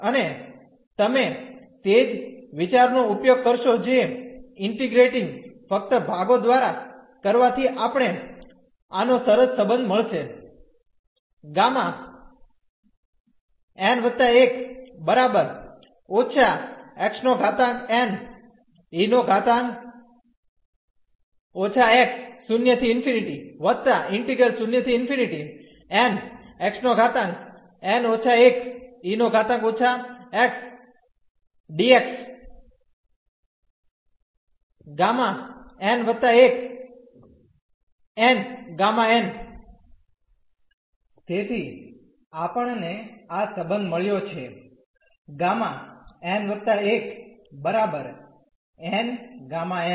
અને તમે તે જ વિચારનો ઉપયોગ કરશો જે ઇન્ટીગ્રેટીંગ ફક્ત ભાગો દ્વારા કરવાથી આપણે આનો સરસ સંબંધ મળશે તેથી આપણ ને આ સંબંધ મળ્યો કે Γ n 1 n Γ n